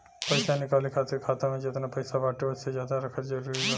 पईसा निकाले खातिर खाता मे जेतना पईसा बाटे ओसे ज्यादा रखल जरूरी बा?